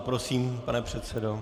Prosím, pane předsedo.